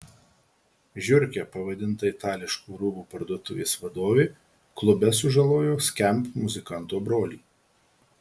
žiurke pavadinta itališkų rūbų parduotuvės vadovė klube sužalojo skamp muzikanto brolį